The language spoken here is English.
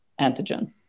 antigen